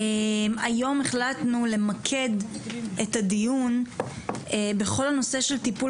היום החלטנו למקד את הדיון בכל הנושא של טיפול